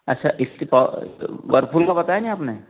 अच्छा इसकी पा व्हर्लपूल का बताया नहीं आपने